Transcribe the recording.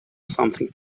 something